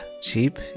cheap